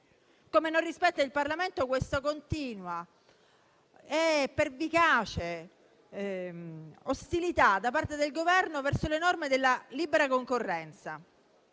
modo, non rispetta il Parlamento questa continua e pervicace ostilità, da parte del Governo, verso le norme della libera concorrenza.